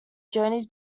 journeys